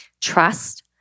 trust